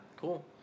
cool